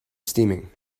steaming